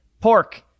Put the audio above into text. Pork